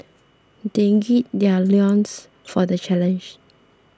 they gird their loins for the challenge